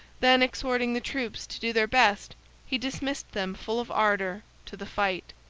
then exhorting the troops to do their best he dismissed them full of ardor to the fight.